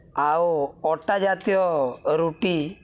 ଆଉ ଅଟା ଜାତୀୟ ରୁଟି